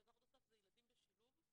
דבר נוסף זה ילדים בשילוב,